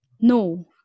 No